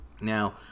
Now